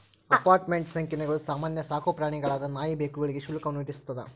apartment ಸಂಕೀರ್ಣಗಳು ಸಾಮಾನ್ಯ ಸಾಕುಪ್ರಾಣಿಗಳಾದ ನಾಯಿ ಬೆಕ್ಕುಗಳಿಗೆ ಶುಲ್ಕವನ್ನು ವಿಧಿಸ್ತದ